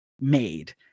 made